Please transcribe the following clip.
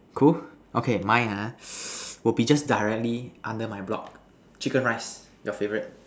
cool okay my ah will be just directly under my block chicken rice your favorite